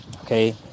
Okay